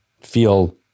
feel